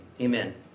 Amen